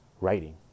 writing